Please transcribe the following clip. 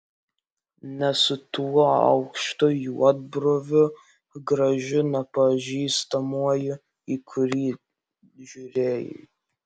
ne su tuo aukštu juodbruviu gražiu nepažįstamuoju į kurį žiūrėjai